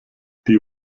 die